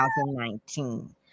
2019